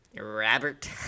Robert